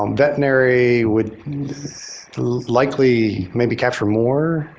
um veterinary would likely maybe capture more,